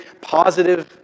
positive